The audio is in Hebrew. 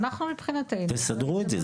אנחנו מבחינתנו --- תסדרו את זה.